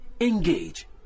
Engage